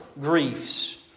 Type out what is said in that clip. griefs